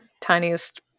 tiniest